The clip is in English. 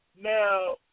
Now